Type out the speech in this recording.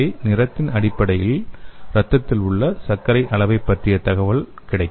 எனவே நிறத்தின் அடிப்படையிலும் இரத்தத்தில் உள்ள சர்க்கரை அளவைப் பற்றி நமக்கு தகவல் கிடைக்கும்